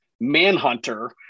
Manhunter